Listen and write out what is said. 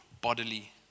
bodily